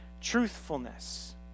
truthfulness